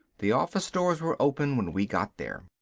the office doors were open when we got there.